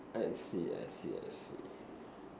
I see I see I see